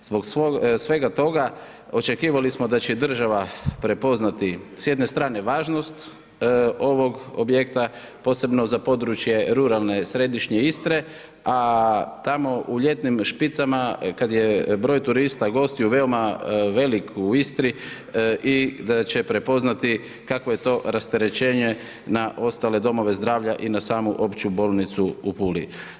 Zbog svega toga, očekivali smo da će država prepoznati s jedne strane važnost ovog objekta, posebno za područje ruralne središnje Istre a tamo u ljetnim špicama kad je broj turista gostiju veoma velik u Istri i da će prepoznati kako je to rasterećenje na ostale domove zdravlja i na samu Opću bolnicu u Puli.